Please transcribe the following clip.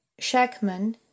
Shackman